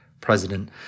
president